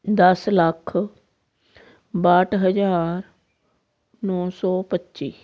ਦਸ ਲੱਖ ਬਾਹਠ ਹਜ਼ਾਰ ਨੌ ਸੌ ਪੱਚੀ